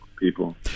People